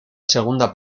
segunda